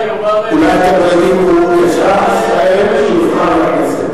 אולי אתם לא יודעים, הוא אזרח ישראל שנבחר לכנסת.